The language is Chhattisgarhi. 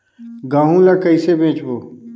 गहूं ला कइसे बेचबो?